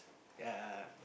ya